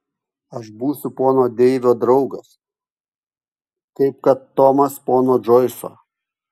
aš būsiu pono deivio draugas kaip kad tomas pono džoiso